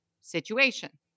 situation